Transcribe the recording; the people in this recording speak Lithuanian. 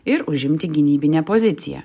ir užimti gynybinę poziciją